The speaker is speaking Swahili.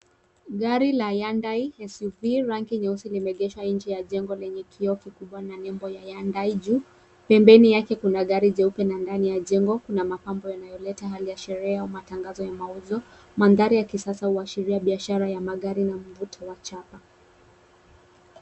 Gari la Hyundai SUV rangi nyeusi limeegeshwa nje ya jengo lenye kioo kikubwa na nembo ya Hyundai juu. Pembeni yake kuna gari jeupe na ndani ya jengo, kuna mapambo yanayoleta hali ya sherehe au matangazo ya mauzo. Mandhari ya kisasa huashiria biashara ya magari na mvuto wa chapa.